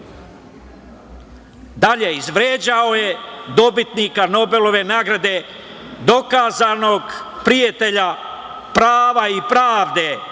izvređao je dobitnika Nobelove nagrade, dokazanog prijatelja prava i pravde,